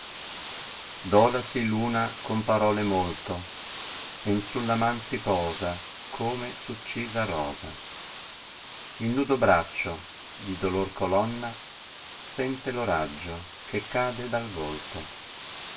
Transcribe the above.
dolesi tuna con parole molto e n sulla man ù posa come succisa rosa il nudo braccio di dolor colonna sente lo raggio che cade dal volto